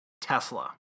Tesla